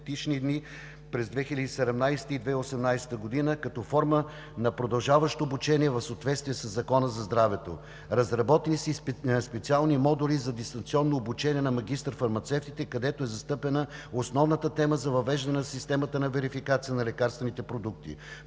продължаващо обучение в съответствие със Закона за здравето. Разработени са и специални модули за дистанционно обучение на магистър-фармацевтите, където е застъпена основната тема за въвеждане на системата на верификация на лекарствените продукти.